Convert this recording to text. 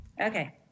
Okay